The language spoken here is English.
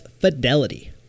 fidelity